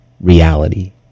reality